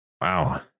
Wow